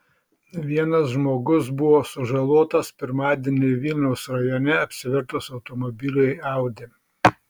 vienas žmogus buvo sužalotas pirmadienį vilniaus rajone apsivertus automobiliui audi